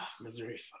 Missouri